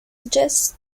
suggests